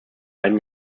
einen